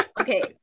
Okay